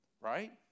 Right